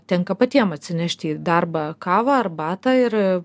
tenka patiem atsinešti į darbą kavą arbatą ir